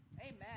Amen